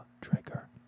trigger